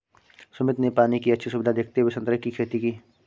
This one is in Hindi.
सुमित ने पानी की अच्छी सुविधा देखते हुए संतरे की खेती की